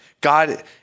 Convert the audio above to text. God